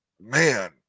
man